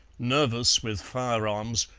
nervous with firearms,